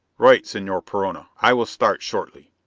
right, senor perona. i will start shortly.